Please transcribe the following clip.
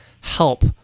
help